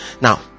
Now